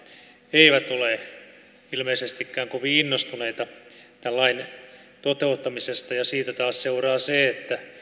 eivät ole ilmeisestikään kovin innostuneita tämän lain toteuttamisesta ja siitä taas seuraa se